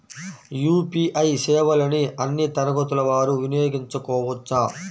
UPI సేవలని అన్నీ తరగతుల వారు వినయోగించుకోవచ్చా?